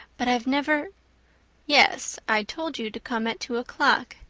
but i've never yes, i told you to come at two o'clock.